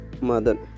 mother